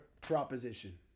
proposition